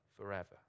forever